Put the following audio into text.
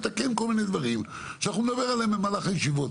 רק לתקן כל מיני דברים שנדבר עליהם במהלך הישיבות.